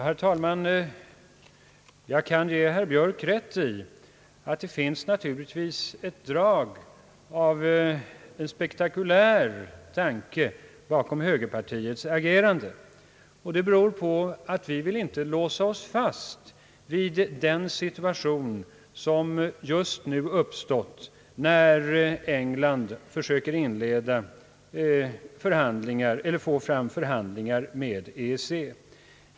Herr talman! Jag kan ge herr Björk rätt i att det naturligtvis finns ett drag av spektakulär tanke bakom högerpartiets agerande, och det beror på att vi inte vill låsa oss fast vid den situation som just nu uppstått när England försöker inleda förhandlingar med EEC.